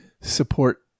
support